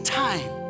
time